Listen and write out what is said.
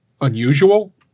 unusual